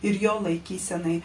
ir jo laikysenai